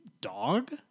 dog